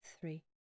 three